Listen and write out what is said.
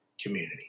community